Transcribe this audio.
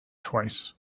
twice